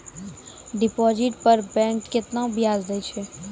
Deposit पर bank केतना ब्याज दै छै?